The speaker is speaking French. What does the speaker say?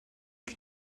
qui